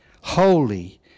holy